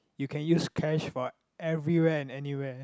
you can use cash for everywhere and anywhere